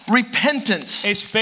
repentance